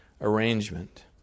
arrangement